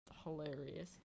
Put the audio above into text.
hilarious